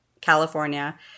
California